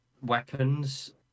weapons